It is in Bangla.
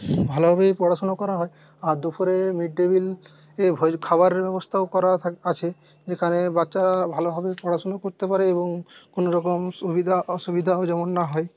ভালোভাবেই পড়াশুনো করা হয় আর দুপুরে মিড ডে মিলে খাওয়ারের ব্যবস্থাও করা আছে যেখানে বাচ্চারা ভালোভাবেই পড়াশুনো করতে পারে এবং কোনওরকম সুবিধা অসুবিধাও যেমন না হয়